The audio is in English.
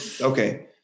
okay